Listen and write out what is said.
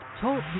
TALK